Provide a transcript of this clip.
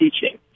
teaching